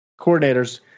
coordinators